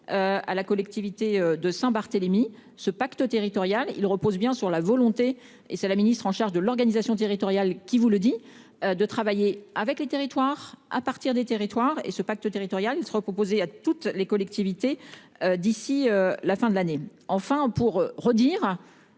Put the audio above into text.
À la collectivité de Saint-Barthélemy ce pacte territorial il repose bien sur la volonté et c'est la ministre en charge de l'organisation territoriale qui vous le dit de travailler avec les territoires à partir des territoires et ce pacte territorial ne sera proposé à toutes les collectivités d'ici la fin de l'année. Enfin pour redire